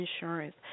insurance